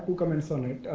comments on it.